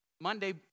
Monday